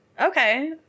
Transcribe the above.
Okay